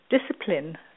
discipline